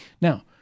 Now